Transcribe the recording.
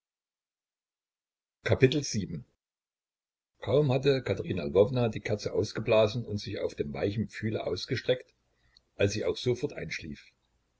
kaum hatte katerina lwowna die kerze ausgeblasen und sich auf dem weichen pfühle ausgestreckt als sie auch sofort einschlief